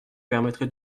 permettrait